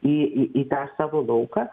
į į į tą savo lauką